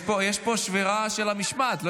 יש פה שבירה של המשמעת.